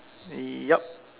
mm yup